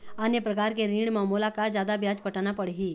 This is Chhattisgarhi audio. अन्य प्रकार के ऋण म मोला का जादा ब्याज पटाना पड़ही?